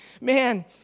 man